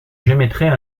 j’émettrais